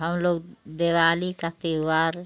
हम लोग दिवाली का त्योहार